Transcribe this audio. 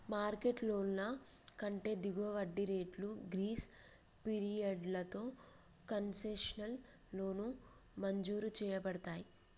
market లోన్ల కంటే దిగువ వడ్డీ రేట్లు, గ్రేస్ పీరియడ్లతో కన్సెషనల్ లోన్లు మంజూరు చేయబడతయ్